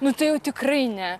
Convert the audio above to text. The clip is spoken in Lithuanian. nu tai jau tikrai ne